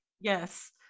yes